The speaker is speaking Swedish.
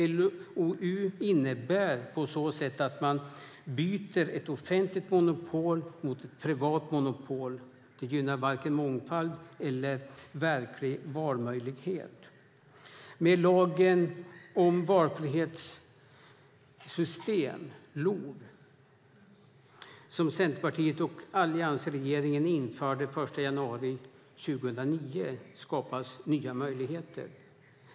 LOU innebär på så sätt att man byter ett offentligt monopol mot ett privat monopol. Det gynnar varken mångfald eller verklig valmöjlighet. Med lagen om valfrihetssystem, LOV, som Centerpartiet och alliansregeringen införde den 1 januari 2009 skapas nya möjligheter.